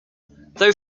though